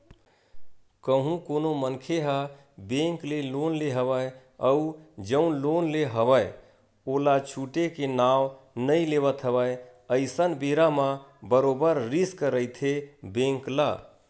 कहूँ कोनो मनखे ह बेंक ले लोन ले हवय अउ जउन लोन ले हवय ओला छूटे के नांव नइ लेवत हवय अइसन बेरा म बरोबर रिस्क रहिथे बेंक ल